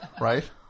right